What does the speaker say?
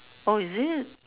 oh is it